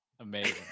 amazing